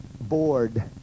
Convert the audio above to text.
bored